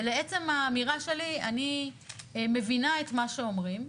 ולעצם האמירה שלי, אני מבינה את מה שאומרים,